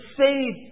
save